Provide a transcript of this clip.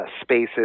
spaces